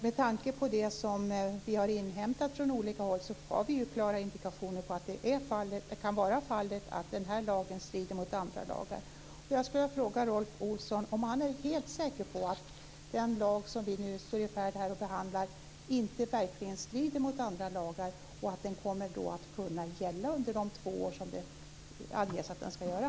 Med tanke på det som vi har inhämtat från olika håll finns det ju klara indikationer på att den här lagen kan strida mot andra lagar. Jag skulle vilja fråga Rolf Olsson om han är helt säker på att den lag som vi nu är i färd med att behandla verkligen inte strider mot andra lagar och att den kommer att kunna gälla under de två år som det anges att den ska göra?